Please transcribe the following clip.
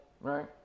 Right